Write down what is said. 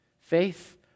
faith